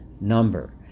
number